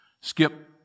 Skip